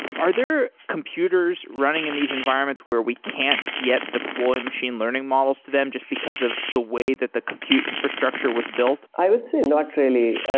are there computers running in these environments where we can't yet deploy machine learning models to them just because of the way that they compute infrastructure was built? i would say not really.